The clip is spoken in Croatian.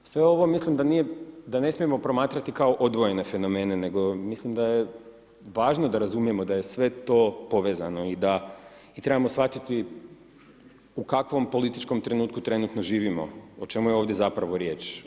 Sve ovo mislim da nije, da ne smijemo promatrati kao odvojene fenomene, nego mislim da je važno da razumijemo da je sve to povezano i da i trebamo shvatiti u kakvom političkom trenutku trenutno živimo, o čemu je ovdje zapravo riječ.